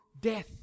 death